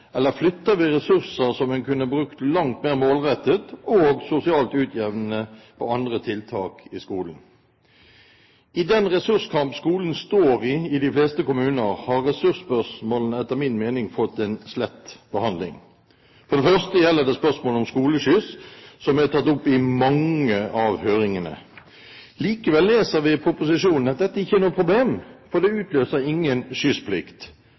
eller flytter vi ressurser som en kunne brukt langt mer målrettet og sosialt utjevnende på andre tiltak i skolen? I den ressurskamp skolen står i i de fleste kommuner, har ressursspørsmålene etter min mening fått en slett behandling. For det første gjelder det spørsmålet om skoleskyss, som er tatt opp i mange av høringene. Likevel leser vi i proposisjonen at dette ikke er noe problem, for det utløser ingen skyssplikt.